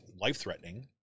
life-threatening